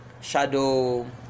Shadow